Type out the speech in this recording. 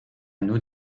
nous